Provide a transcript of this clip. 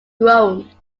groaned